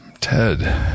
ted